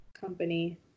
company